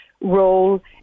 role